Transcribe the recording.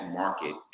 market